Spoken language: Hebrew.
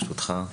ברשותך.